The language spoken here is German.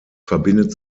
verbindet